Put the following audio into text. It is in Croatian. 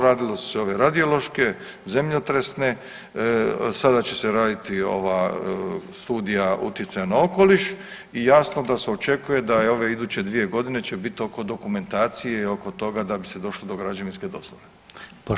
Radile su se ove radiološke, zemljotresne, sada će se raditi ova studija utjecaja na okoliš i jasno da se očekuje da ove iduće 2 godine će biti oko dokumentacije i oko toga da bi se došlo do građevinske dozvole.